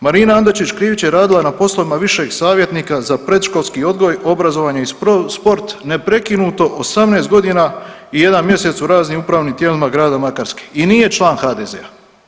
Marina Andočić Krivić je radila na poslovima višeg savjetnika za predškolski odgoj, obrazovanje i sport neprekinuto 18 godina i 1 mjesec u raznim upravnim tijelima grada Makarske i nije član HDZ-a.